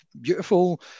beautiful